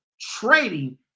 trading